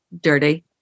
dirty